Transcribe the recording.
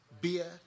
beer